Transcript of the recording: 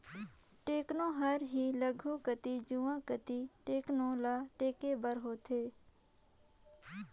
टेकोना हर ही आघु कती जुवा कती टेकोना ल टेके बर होथे